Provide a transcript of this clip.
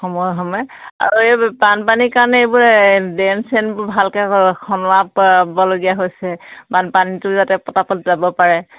সময় সময় আৰু এই বানপানীৰ কাৰণে এইবোৰ ড্ৰেইন চেনবোৰ ভালকৈ খলোৱা পাবলগীয়া হৈছে বানপানীটো যাতে পতাপত যাব পাৰে